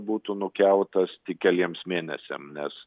būtų nukeltas tik keliems mėnesiams nes